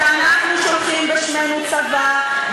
שאנחנו שולחים בשמנו צבא,